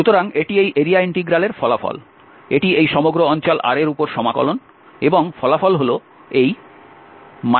সুতরাং এটি এই এরিয়া ইন্টিগ্রাল এর ফলাফল এটি এই সমগ্র অঞ্চল R এর উপর সমাকলন এবং ফলাফল হল এই CF1dx